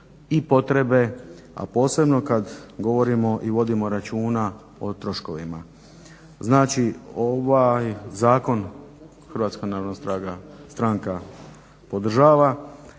i potrebe, posebno kad govorimo i vodimo računa o troškovima. Znači, ovaj zakon HNS podržava,